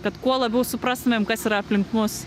kad kuo labiau suprastumėm kas yra aplink mus